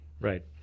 Right